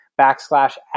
backslash